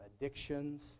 addictions